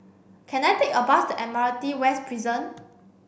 can I take a bus to Admiralty West Prison